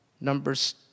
Numbers